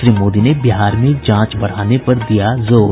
श्री मोदी ने बिहार में जांच बढ़ाने पर दिया जोर